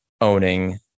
owning